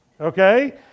Okay